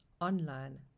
online